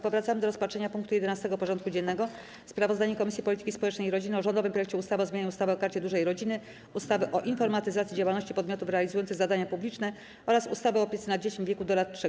Powracamy do rozpatrzenia punktu 11. porządku dziennego: Sprawozdanie Komisji Polityki Społecznej i Rodziny o rządowym projekcie ustawy o zmianie ustawy o Karcie Dużej Rodziny, ustawy o informatyzacji działalności podmiotów realizujących zadania publiczne oraz ustawy o opiece nad dziećmi w wieku do lat 3.